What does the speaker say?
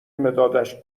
مدادش